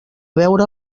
veure